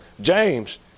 James